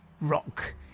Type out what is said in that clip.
rock